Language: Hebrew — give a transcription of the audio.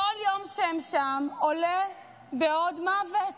כל יום שהם שם עולה בעוד מוות,